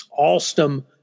Alstom